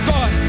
God